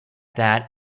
that